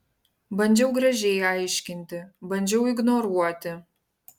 bandžiau gražiai aiškinti bandžiau ignoruoti